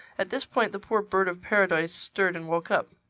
at this point the poor bird-of-paradise stirred and woke up.